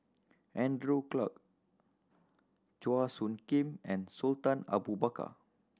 Andrew Clarke Chua Soo Khim and Sultan Abu Bakar